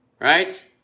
right